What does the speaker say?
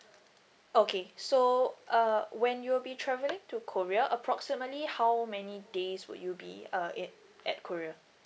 okay so uh when you will be travelling to korea approximately how many days would you be uh at at korea